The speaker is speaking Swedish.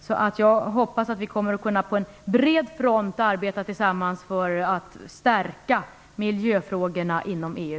Jag hoppas därför att vi kommer att kunna arbeta tillsammans på bred front för att stärka miljöfrågorna inom EU.